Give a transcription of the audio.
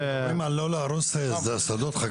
מדברים על לא להרוס שדות חקלאיים.